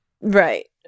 Right